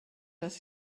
dass